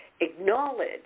acknowledge